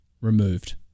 removed